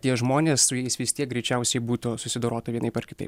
tie žmonės su jais vis tiek greičiausiai būtų susidorota vienaip ar kitaip